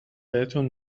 بهتون